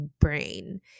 brain